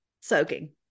soaking